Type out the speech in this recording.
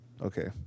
okay